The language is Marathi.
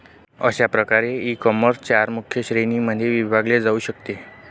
अशा प्रकारे ईकॉमर्स चार मुख्य श्रेणींमध्ये विभागले जाऊ शकते